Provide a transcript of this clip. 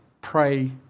pray